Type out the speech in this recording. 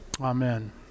Amen